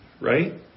right